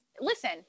Listen